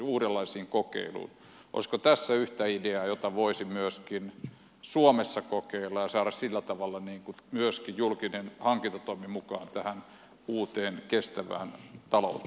olisiko tässä yksi idea jota voisi myöskin suomessa kokeilla ja saada sillä tavalla myöskin julkinen hankintatoimi mukaan tähän uuteen kestävään talouteen